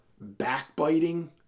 backbiting